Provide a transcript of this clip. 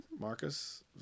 Marcus